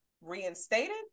reinstated